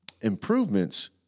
improvements